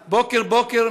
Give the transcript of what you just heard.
בוקר-בוקר,